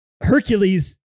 Hercules